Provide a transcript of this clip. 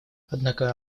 однако